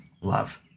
love